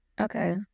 Okay